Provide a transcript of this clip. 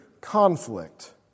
conflict